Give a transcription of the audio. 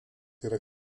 yra